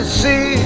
see